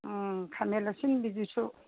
ꯎꯝ ꯈꯥꯃꯦꯟ ꯑꯁꯤꯟꯕꯤꯗꯨꯁꯨ